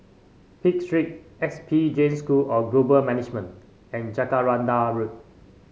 Pitt Street S P Jain School of Global Management and Jacaranda Road